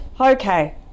okay